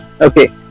Okay